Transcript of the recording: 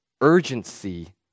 urgency